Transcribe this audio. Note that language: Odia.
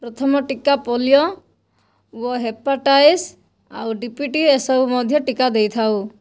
ପ୍ରଥମ ଟିକା ପୋଲିଓ ଓ ହେପାଟାଇଟିସ୍ ଆଉ ଡିପିଟି ଏସବୁ ମଧ୍ୟ ଟିକା ଦେଇଥାଉ